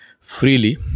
freely